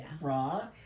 raw